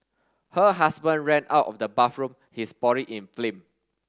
her husband ran out of the bathroom his body in flame